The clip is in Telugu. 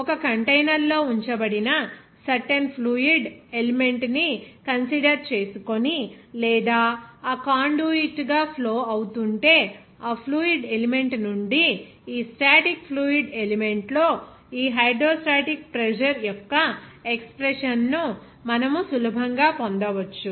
ఒక కంటైనర్లో ఉంచబడిన సర్టెన్ ఫ్లూయిడ్ ఎలిమెంట్ ని కన్సిడర్ చేసుకుని లేదా అది కాండ్యూయిట్ గా ఫ్లో అవుతుంటే ఆ ఫ్లూయిడ్ ఎలిమెంట్ నుండి ఈ స్టాటిక్ ఫ్లూయిడ్ ఎలిమెంట్ లో ఈ హైడ్రోస్టాటిక్ ప్రెజర్ యొక్క ఎక్స్ప్రెషన్ ను మనం సులభంగా పొందవచ్చు